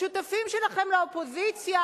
השותפים שלכם לאופוזיציה,